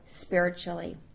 spiritually